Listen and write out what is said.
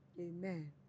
Amen